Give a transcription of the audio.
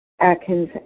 Atkins